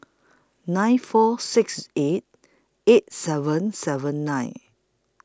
nine four six eight eight seven seven nine